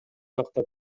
жакта